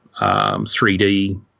3D